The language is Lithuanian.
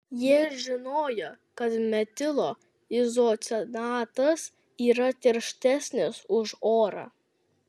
jie žinojo kad metilo izocianatas yra tirštesnis už orą